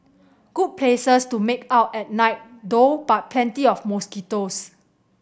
good places to make out at night though but plenty of mosquitoes